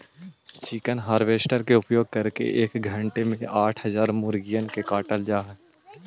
chicken harvester के उपयोग करके एक घण्टे में आठ हजार मुर्गिअन के काटल जा हई